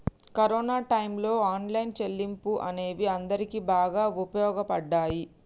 corona టైయ్యంలో online చెల్లింపులు అనేవి అందరికీ బాగా వుపయోగపడ్డయ్యి